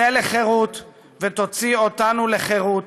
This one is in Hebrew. צא לחירות ותוציא אותנו לחירות.